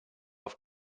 auf